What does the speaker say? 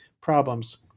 problems